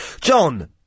John